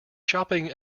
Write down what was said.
shopping